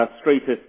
straightest